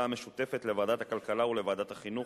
המשותפת לוועדת הכלכלה ולוועדת החינוך,